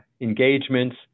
engagements